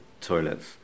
toilets